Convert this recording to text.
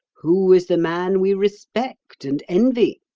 who is the man we respect and envy?